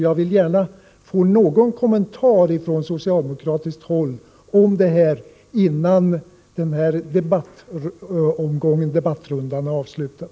Jag vill gärna få någon kommentar till detta från socialdemokratiskt håll innan denna debattomgång är avslutad.